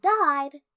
died